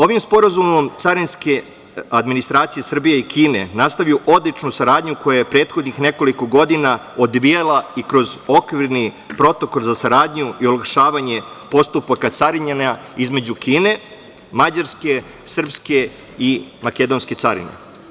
Ovim sporazumom carinske administracije Srbije i Kine nastavljaju odličnu saradnju koja se prethodnih nekoliko godina odvijala i kroz okvirni Protokol za saradnju i olakšavanje postupaka carinjenja između Kine, Mađarske, srpske i makedonske carine.